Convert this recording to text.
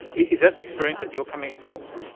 is that the experience that you're coming across?